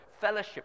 fellowship